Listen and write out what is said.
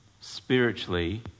spiritually